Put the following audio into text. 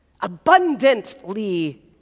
abundantly